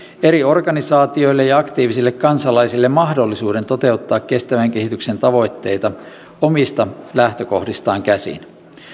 eri organisaatioille ja aktiivisille kansalaisille mahdollisuuden toteuttaa kestävän kehityksen tavoitteita omista lähtökohdistaan käsin